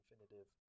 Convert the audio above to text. infinitive